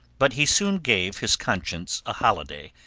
but he soon gave his conscience a holiday,